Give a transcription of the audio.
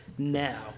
now